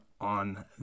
on